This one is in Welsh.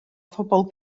phobl